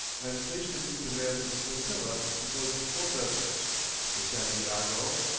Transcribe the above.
and placed him in command of a flotilla composed of four vessels the santiago,